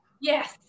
yes